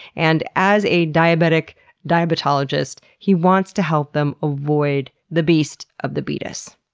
and as a diabetic diabetologist, he wants to help them avoid the beast of the betus.